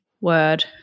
word